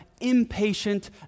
impatient